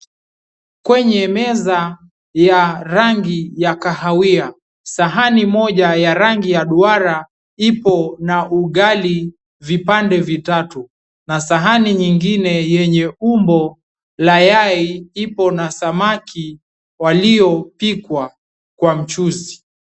Kwenye meza ya rangi ya kahawia sahani Moja ya rangi ya duara ipo na ugali vipande vitatu na sahani nyingine yenye umbo la yao upo na samaki waliopikwa kwa mchuzi.